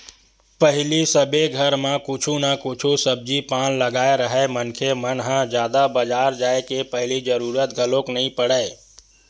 पहिली सबे घर म कुछु न कुछु सब्जी पान लगाए राहय मनखे मन ह जादा बजार जाय के पहिली जरुरत घलोक नइ पड़य